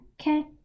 okay